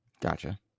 Gotcha